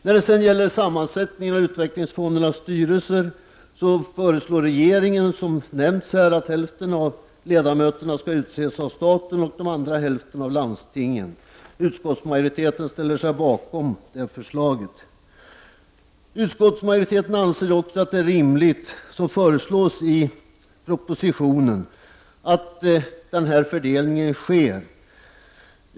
När det sedan gäller sammansättningen av utvecklingsfondernas styrelser föreslår regeringen, som sagt, att den ena hälften av ledamöterna skall utses av staten och den andra av landstingen. Utskottsmajoriteten ställer sig bakom detta förslag. Utskottsmajoriteten anser också att det är rimligt, som föreslås i propositionen, att den här fördelningen sker.